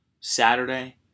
Saturday